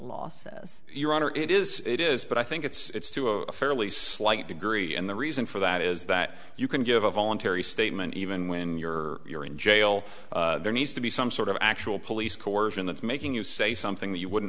law says your honor it is it is but i think it's to a fairly slight degree and the reason for that is that you can give a voluntary statement even when you're you're in jail there needs to be some sort of actual police coersion that's making you say something that you wouldn't